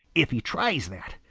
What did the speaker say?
if he tries that,